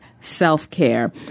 self-care